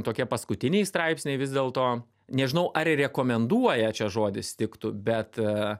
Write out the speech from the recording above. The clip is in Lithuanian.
tokie paskutiniai straipsniai vis dėlto nežinau ar rekomenduoja čia žodis tiktų bet